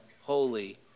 holy